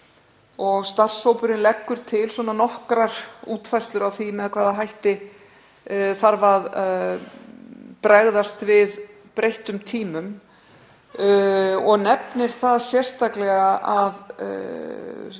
Starfshópurinn leggur til nokkrar útfærslur á því með hvaða hætti þarf að bregðast við breyttum tímum og nefnir sérstaklega